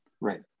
right